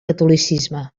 catolicisme